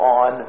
on